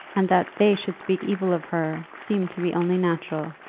and that they should speak evil of her seemed to be only natural.